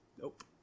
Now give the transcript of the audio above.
Nope